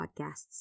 Podcasts